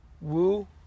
Woo